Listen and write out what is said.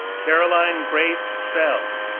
caroline grace schell,